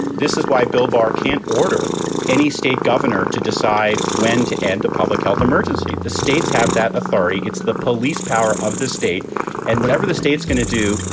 this is why bill barr can't order any state governor to decide when to end a public health emergency. the states have that authority, gets the police power of this state and whatever the state's going to do.